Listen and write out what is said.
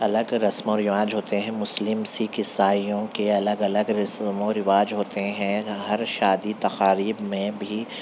الگ رسم و رواج ہوتے ہیں مسلم سکھ عیسائیوں کے الگ الگ رسم و رواج ہوتے ہیں ہر شادی تقاریب میں بھی